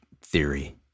theory